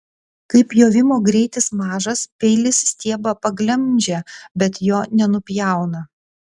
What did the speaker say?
kai pjovimo greitis mažas peilis stiebą paglemžia bet jo nenupjauna